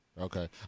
Okay